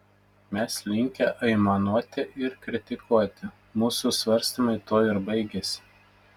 mes linkę aimanuoti ir kritikuoti mūsų svarstymai tuo ir baigiasi